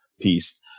piece